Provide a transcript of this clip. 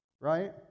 right